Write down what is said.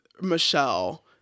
Michelle